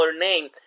name